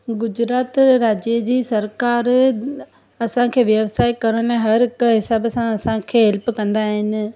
गुजरात राज्य जी सरकारु असांखे व्यवसाय करण लाइ हर हिक हिसाब सां असांखे हैल्प कंदा आहिनि